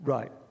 Right